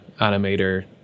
animator